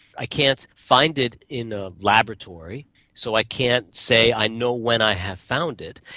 i can't find it in a laboratory so i can't say i know when i have found it,